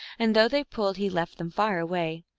and though they pulled he left them far away.